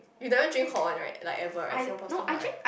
you never drink hot one right like ever right Singapore is so hot right